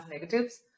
negatives